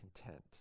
content